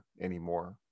anymore